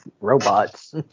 robots